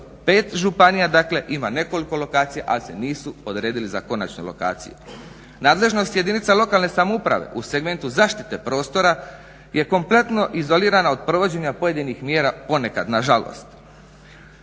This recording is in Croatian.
5 županija dakle ima nekoliko lokacija, ali se nisu odredili za konačne lokacije. Nadležnost jedinica lokalne samouprave u segmentu zaštite prostora je kompletno izolirana od provođenja pojedinih mjera, ponekad nažalost.